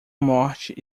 morte